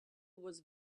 was